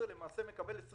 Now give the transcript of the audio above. זה לגבי מס